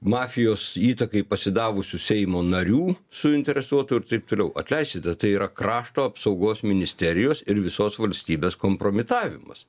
mafijos įtakai pasidavusių seimo narių suinteresuotų ir taip toliau atleiskite tai yra krašto apsaugos ministerijos ir visos valstybės kompromitavimas